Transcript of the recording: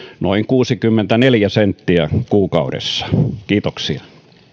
noin kuusikymmentäneljä senttiä kuukaudessa kiitoksia